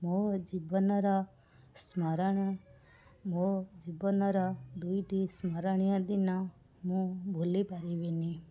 ମୋ ଜୀବନର ସ୍ମରଣୀୟ ମୋ ଜୀବନର ଦୁଇଟି ସ୍ମରଣୀୟ ଦିନ ମୁଁ ଭୁଲି ପାରିବିନି